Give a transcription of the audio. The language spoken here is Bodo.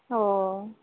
अ